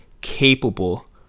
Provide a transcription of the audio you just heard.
capable